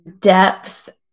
depth